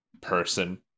Person